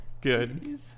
Good